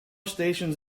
stations